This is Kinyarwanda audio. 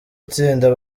itsinda